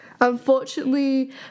Unfortunately